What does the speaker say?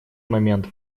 момент